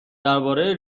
درباره